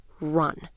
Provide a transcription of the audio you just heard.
run